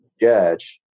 judge